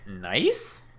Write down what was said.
nice